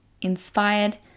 inspired